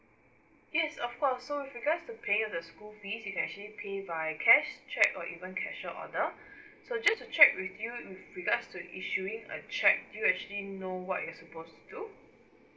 yes of course so with regards to paying of the school fees you actually pay by cash cheque or even cashier order so just to check with you with regards to issuing a cheque do you actually know what you're supposed to do